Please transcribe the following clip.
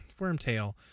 Wormtail